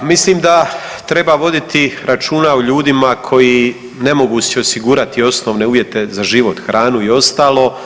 Pa mislim da treba voditi računa o ljudima koji ne mogu si osigurati osnovne uvjete za život, hranu i ostalo